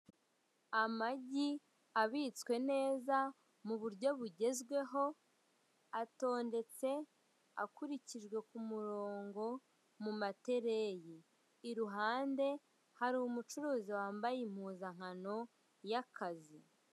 Amagi abitswe neza mu buryo bugezweho, atondetse akurikijwe ku murongo, mu matereyi. Iruhande hari umucuruzi wambaye impuzankano y'akazi.